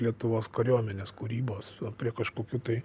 lietuvos kariuomenės kūrybos prie kažkokių tai